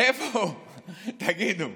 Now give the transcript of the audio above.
איפה, תגידו?